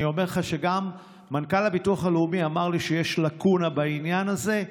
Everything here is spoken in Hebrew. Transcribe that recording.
אני אומר לך שגם מנכ"ל הביטוח הלאומי אמר לי שיש לקונה בעניין הזה,